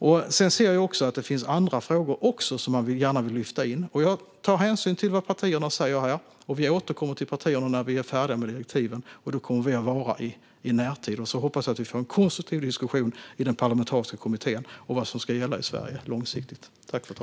Jag ser att det också finns andra frågor som man gärna vill lyfta in. Jag tar hänsyn till vad partierna säger, och vi återkommer till partierna när vi är färdiga med direktiven - det kommer vi att vara i närtid. Jag hoppas att vi får en konstruktiv diskussion i den parlamentariska kommittén om vad som ska gälla i Sverige långsiktigt.